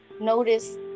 notice